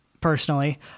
personally